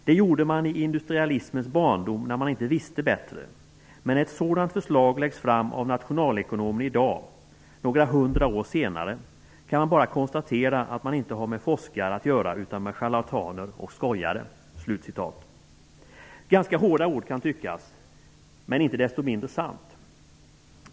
Det gjorde man i industrialismens barndom när man inte visste bättre. Men när ett sådant förslag läggs fram av nationalekonomer i dag, några hundra år senare, kan man bara konstatera att man inte har med forskare att göra utan med charlataner och skojare!'' Det kan tyckas vara ganska hårda ord, men inte desto mindre sanna!